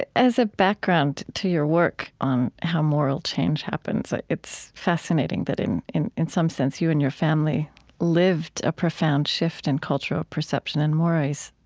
ah as a background to your work on how moral change happens, it's fascinating that in in some sense you and your family lived a profound shift in cultural perception and mores,